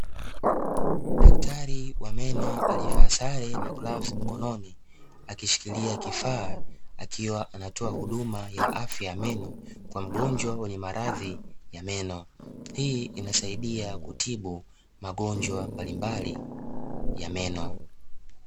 Daktari wa meno alivaa sare na glavu mkononi, akishikilia kifaa akiwa anatoa huduma ya afya ya Meno kwa mgonjwa wa malazi ya meno. Hii inasaidia kutibu magonjwa mbalimbali ya meno.